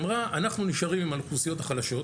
היא אמרה אנחנו נשארים עם האוכלוסיות החלשות,